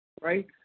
right